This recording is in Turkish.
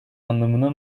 anlamına